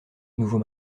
nouveau